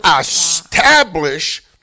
establish